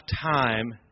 time